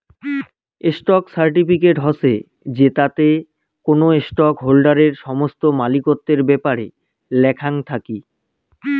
stock certificate হসে জেতাতে কোনো স্টক হোল্ডারের সমস্ত মালিকত্বর ব্যাপারে লেখাং থাকি